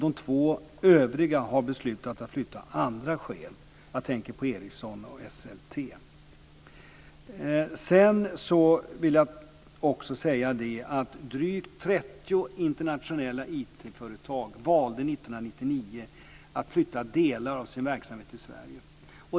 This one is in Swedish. De två övriga har beslutat att flytta av andra skäl. Jag tänker på Ericsson och SLT. Jag vill också säga att drygt 30 internationella IT företag 1999 valde att flytta delar av sin verksamhet till Sverige.